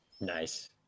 Nice